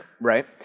right